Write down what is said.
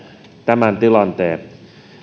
tämän tilanteen